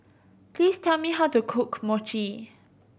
please tell me how to cook Mochi